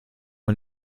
wir